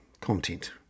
content